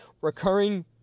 Recurring